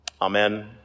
Amen